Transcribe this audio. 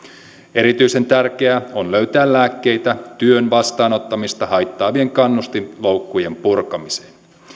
erityisen tärkeää on löytää lääkkeitä työn vastaanottamista haittaavien kannustinloukkujen purkamiseen